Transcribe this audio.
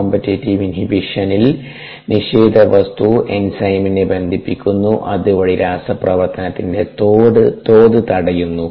competitive ഇൻഹിബിഷനിൽ നിഷേധ വസ്തു എൻസൈമിനെ ബന്ധിപ്പിക്കുന്നു അതുവഴി രാസപ്രവർത്തനത്തിൻറെ തോത് തടയുന്നു